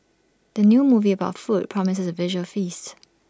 the new movie about food promises A visual feast